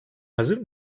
hazır